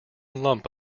lump